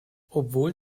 obwohl